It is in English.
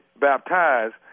baptized